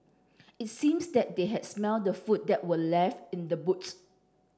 it seems that they had smelt the food that were left in the boots